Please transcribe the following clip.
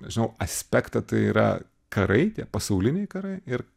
nežinau aspektą tai yra karai tie pasauliniai karai ir